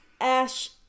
ash